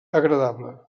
agradable